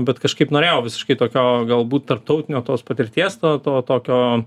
bet kažkaip norėjau visiškai tokio galbūt tarptautinio tos patirties to tokio